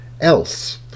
else